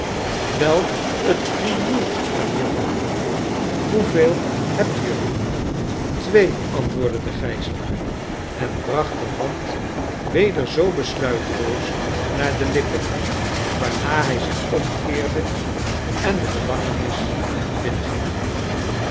wel t krioelt er hier van hoeveel hebt u er twce antwoordde de gijzelaar en bracht de hand weder zoo besluiteloos naar de lippen waarna hij zich omkeerde en de gevangenis